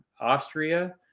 Austria